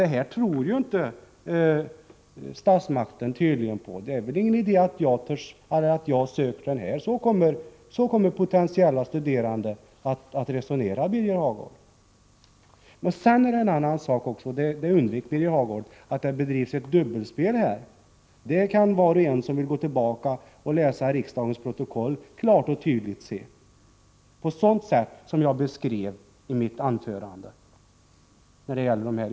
Detta tror tydligen inte statsmakten, kommer man att säga. Potentiella studerande kommer inte att anse att det är någon idé att söka till dessa utbildningar. Birger Hagård undvek att säga att det bedrivs ett dubbelspel beträffande de yrkestekniska högskoleutbildningarna. Det kan emellertid var och en som är intresserad klart och tydigt se i riksdagens protokoll. Jag beskrev detta i mitt tidigare anförande.